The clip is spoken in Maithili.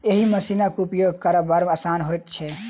एहि मशीनक उपयोग करब बड़ आसान होइत छै